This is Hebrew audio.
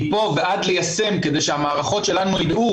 מפה ועד ליישם כדי שהמערכות שלנו ידעו